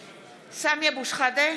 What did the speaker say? (קוראת בשמות חברי הכנסת) סמי אבו שחאדה,